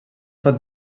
pot